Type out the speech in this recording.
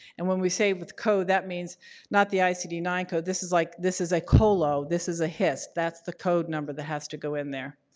and when we say, with code that means not the i c d nine code, this is like this is a colo, this is a hiss. that's the code number that has to go in there.